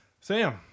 Sam